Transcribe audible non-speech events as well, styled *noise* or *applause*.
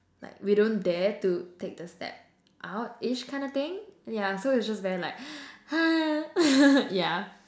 like we don't dare to take the step out ish kinda thing ya so it's just very like !hais! *laughs* ya